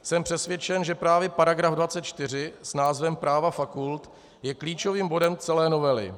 Jsem přesvědčen, že právě § 24 s názvem Práva fakult je klíčovým bodem celé novely.